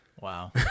Wow